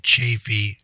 Chafee